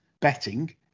betting